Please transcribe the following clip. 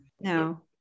No